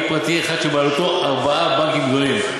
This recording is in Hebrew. פרטי אחד שבבעלות ארבעת הבנקים הגדולים.